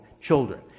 children